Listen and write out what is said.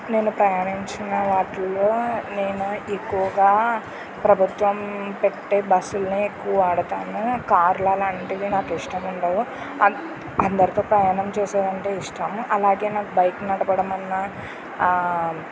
నేను ప్రయాణించిన వాటిలో నేను ఎక్కువగా ప్రభుత్వం పెట్టే బస్సులను ఎక్కువ వాడతాను కార్లు అలాంటివి నాకు ఇష్టం ఉండవు అం అందరితో ప్రయాణం చేసేదంటే ఇష్టము అలాగే నాకు బైక్ నడపడం అన్నా